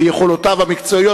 ביכולותיו המקצועיות,